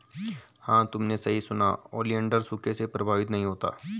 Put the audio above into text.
हां तुमने सही सुना, ओलिएंडर सूखे से प्रभावित नहीं होता